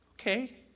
Okay